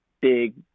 big